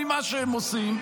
ממה שהם עושים,